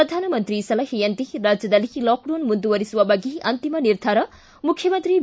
ಪ್ರಧಾನಮಂತ್ರಿ ಸಲಹೆಯಂತೆ ರಾಜ್ಯದಲ್ಲಿ ಲಾಕ್ಡೌನ್ ಮುಂದುವರೆಸುವ ಬಗ್ಗೆ ಅಂತಿಮ ನಿರ್ಧಾರ ಮುಖ್ಯಮಂತ್ರಿ ಬಿ